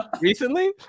recently